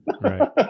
right